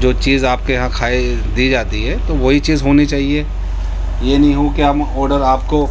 جو چیز آپ کے کھائی دی جاتی ہے تو وہی چیز ہونی چاہیے یہ نہیں ہو کہ ہم آڈر آپ کو